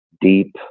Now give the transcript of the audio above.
deep